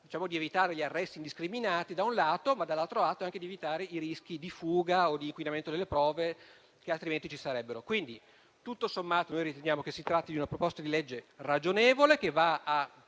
di evitare gli arresti indiscriminati - da un lato - e - dall'altro - anche i rischi di fuga o di inquinamento delle prove che altrimenti ci sarebbero. Quindi, tutto sommato, riteniamo che si tratti di una proposta di legge ragionevole che va a